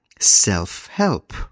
Self-help